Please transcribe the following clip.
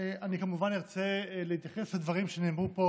אני כמובן ארצה להתייחס לדברים שנאמרו פה